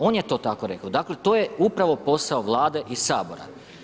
On je to tako rekao, dakle to je upravo posao Vlade i Sabora.